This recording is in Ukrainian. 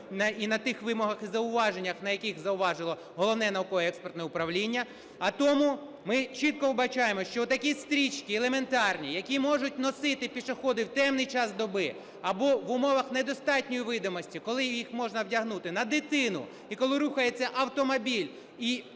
і на тих вимогах, і зауваженнях, на яких зауважило Науково-експертне управління. А тому, ми чітко вбачаємо, що такі стрічки елементарні, яку можуть носити пішоходи в темний час доби або в умовах недостатньої видимості, коли їх можна вдягнути на дитину і коли рухається автомобіль,